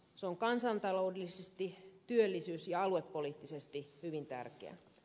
se on kansantaloudellisesti työllisyys ja aluepoliittisesti hyvin tärkeä